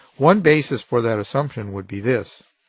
one basis for that assumption would be this